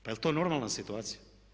Pa jel' to normalna situacija?